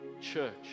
church